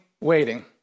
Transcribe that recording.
waiting